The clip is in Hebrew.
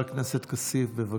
חבר הכנסת כסיף, בבקשה.